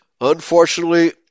unfortunately